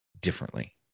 differently